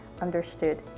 understood